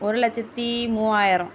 ஒரு லட்சத்து மூவாயிரம்